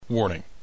Warning